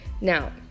now